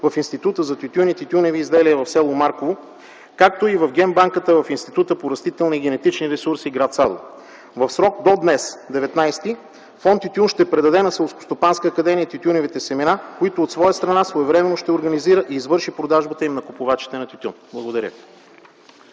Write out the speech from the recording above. в Института за тютюна и тютюневи изделия в с. Марково, както и в генбанката в Института по растителни и генетични ресурси, гр. Садово. В срок до днес – 19 март 2010 г., Фонд „Тютюн” ще предаде на Селскостопанска академия тютюневите семена, които от своя страна своевременно ще организират и извършат продажбата им на купувачите на тютюн. Благодаря.